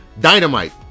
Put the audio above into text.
Dynamite